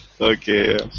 Okay